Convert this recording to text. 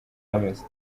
ameze